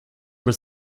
was